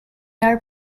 are